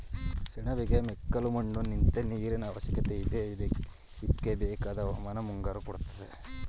ಸೆಣಬಿಗೆ ಮೆಕ್ಕಲುಮಣ್ಣು ನಿಂತ್ ನೀರಿನಅವಶ್ಯಕತೆಯಿದೆ ಇದ್ಕೆಬೇಕಾದ್ ಹವಾಮಾನನ ಮುಂಗಾರು ಕೊಡ್ತದೆ